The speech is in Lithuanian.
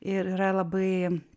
ir yra labai